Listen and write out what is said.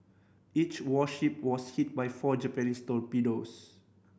each warship was hit by four Japanese torpedoes